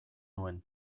nuen